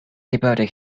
devoted